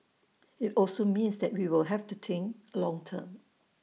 IT also means that we will have to think long term